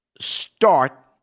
start